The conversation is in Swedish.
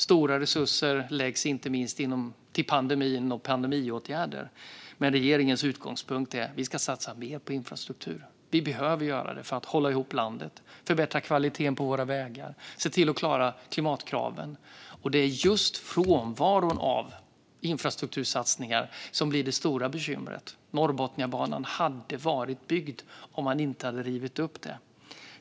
Stora resurser läggs inte minst till pandemiåtgärder. Men regeringens utgångspunkt är att vi ska satsa mer på infrastruktur. Vi behöver göra det för att hålla ihop landet, förbättra kvaliteten på våra vägar och se till att klara klimatkraven. Det är just frånvaron av infrastruktursatsningar som blir det stora bekymret. Norrbotniabanan hade varit byggd om man inte hade rivit upp detta.